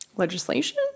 legislation